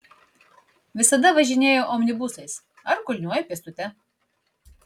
visada važinėju omnibusais ar kulniuoju pėstute